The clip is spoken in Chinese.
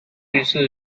程序